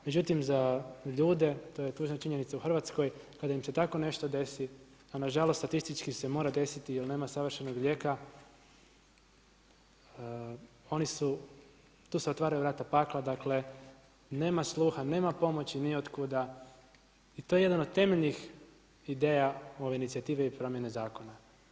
Međutim za ljude to je tužna činjenica u Hrvatskoj kada im se tako nešto desi, a na žalost statistički se mora desiti jer nema savršenog lijeka oni su, tu se otvaraju vrata pakla, dakle nema sluha, nema pomoći ni od kuda i to je jedan od temeljnih ideja ove inicijative i promjene zakona.